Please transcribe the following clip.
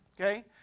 okay